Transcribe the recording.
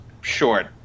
short